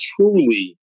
truly